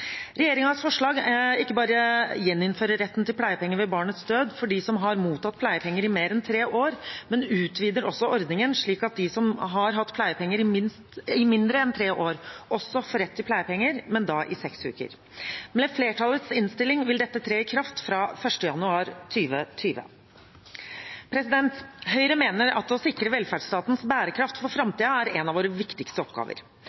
forslag ikke bare gjeninnfører retten til pleiepenger ved barnets død for dem som har mottatt pleiepenger i mer enn tre år, men utvider også ordningen, slik at de som har hatt pleiepenger i mindre enn tre år, også får rett til pleiepenger, men da i seks uker. Med flertallets innstilling vil dette tre i kraft fra 1. januar 2020. Høyre mener at å sikre velferdsstatens bærekraft for framtiden er en av våre viktigste oppgaver.